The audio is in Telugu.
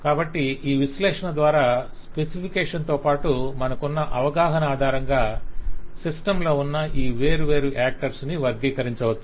కాబట్టి ఈ విశ్లేషణ ద్వారా స్పెసిఫికేషన్ తోపాటు మనకున్న అవగాహన ఆధారంగా సిస్టమ్ లో ఉన్న ఈ వేర్వేరు యాక్టర్ ని వర్గీకరించవచ్చు